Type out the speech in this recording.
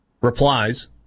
replies